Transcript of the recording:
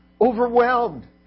Overwhelmed